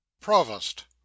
provost